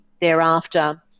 thereafter